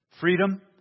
Freedom